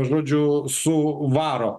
žodžiu su varo